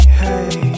hey